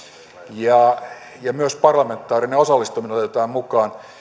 ja ja myös parlamentaarinen osallistaminen otetaan mukaan